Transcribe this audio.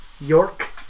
York